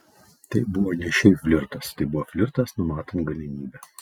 tai buvo ne šiaip flirtas tai buvo flirtas numatant galimybę